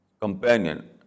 companion